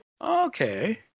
Okay